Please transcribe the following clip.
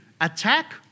attack